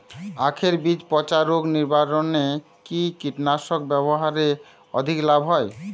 আঁখের বীজ পচা রোগ নিবারণে কি কীটনাশক ব্যবহারে অধিক লাভ হয়?